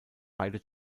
beide